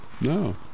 No